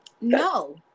no